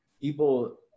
people